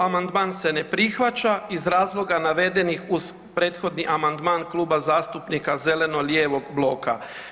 Amandman se ne prihvaća iz razloga navedenih uz prethodni amandman Kluba zastupnika zeleno-lijevog bloka.